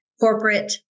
corporate